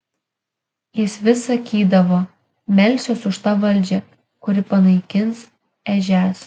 jis vis sakydavo melsiuos už tą valdžią kuri panaikins ežias